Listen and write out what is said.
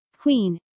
queen